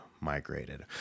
migrated